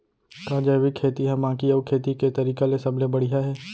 का जैविक खेती हा बाकी अऊ खेती के तरीका ले सबले बढ़िया हे?